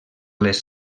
les